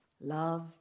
Love